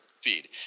feed